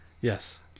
Yes